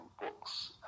books